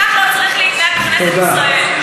כך לא צריך להתנהל בכנסת ישראל.